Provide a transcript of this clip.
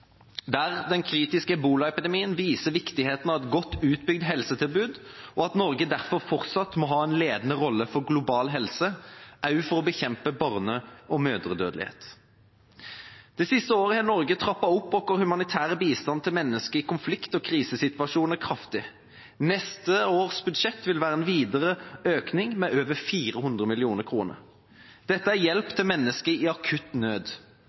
der den kritiske ebolaepidemien viser viktigheten av et godt utbygd helsetilbud, og at Norge derfor fortsatt må ha en ledende rolle for global helse, også for å bekjempe barne- og mødredødelighet. Det siste året har vi i Norge trappet opp vår humanitære bistand til mennesker i konflikt- og krisesituasjoner kraftig, og i neste års budsjett vil det være en videre økning med over 400 mill. kr. Dette er hjelp til mennesker i akutt nød.